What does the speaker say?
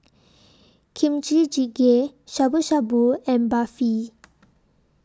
Kimchi Jjigae Shabu Shabu and Barfi